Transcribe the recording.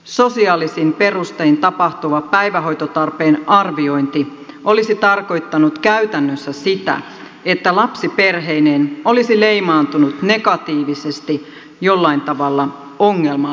sosiaalisiin perustein tapahtuva päivähoitotarpeen arviointi olisi tarkoittanut käytännössä sitä että lapsi perheineen olisi leimaantunut negatiivisesti jollain tavalla ongelmalliseksi